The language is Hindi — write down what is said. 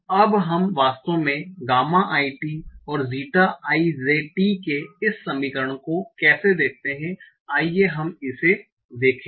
तो अब हम वास्तव में गामा i t और zeta i j t के इस समीकरण को कैसे देखते हैं आइए हम इसे देखें